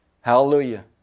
Hallelujah